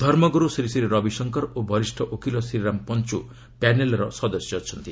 ଧର୍ମଗୁରୁ ଶ୍ରୀ ଶ୍ରୀ ରବିଶଙ୍କର ଓ ବରିଷ୍ଠ ଓକିଲ ଶ୍ରୀରାମ ପଞ୍ଚୁ ପ୍ୟାନେଲ୍ର ସଦସ୍ୟ ଅଛନ୍ତି